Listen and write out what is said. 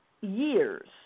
years